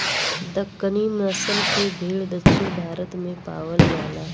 दक्कनी नसल के भेड़ दक्षिण भारत में पावल जाला